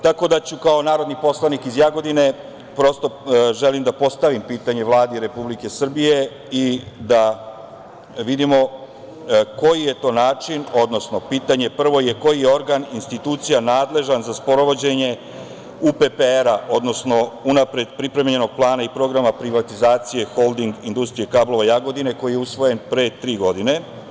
Tako da ću kao narodni poslanik iz Jagodine, prosto, želim da postavim pitanje Vladi Republike Srbije i da vidimo koji je to način, odnosno pitanje prvo je koji je organ, institucija, nadležan za sprovođenje UPPR, odnosno unapred pripremljenog plana i programa privatizacije Holding industrije kablova – Jagodine, koji je usvojen pre tri godine?